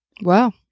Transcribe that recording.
Wow